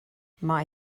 mae